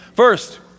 First